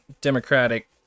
Democratic